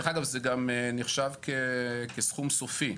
דרך אגב זה גם נחשב כסכום סופי,